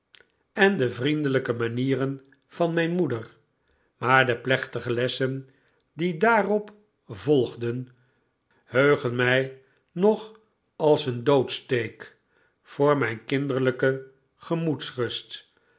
en de vriendelijke manieren van mijn moeder maar de plechtige lessen die daarop volgden heugen mij nog als een doodsteek voor mijn kinderlijke gemoedsrust